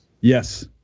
Yes